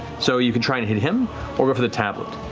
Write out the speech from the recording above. so you can try and hit him or go for the tablet.